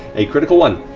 a critical one.